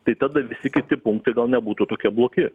tai tada visi kiti punktai gal nebūtų tokie blogi